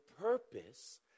purpose